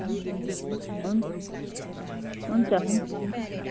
हुन्छ